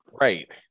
Right